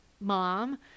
mom